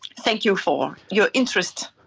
thank you for your interest.